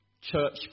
church